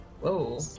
Whoa